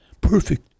Perfect